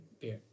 beer